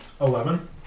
Eleven